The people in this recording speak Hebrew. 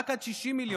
רק עד 60 מיליון,